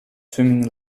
swimming